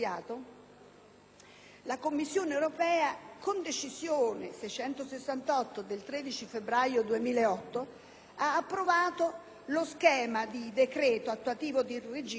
la Commissione europea, con decisione C(2008) 668 del 13 febbraio 2008, ha approvato lo schema di decreto attuativo del regime di aiuti;